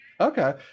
Okay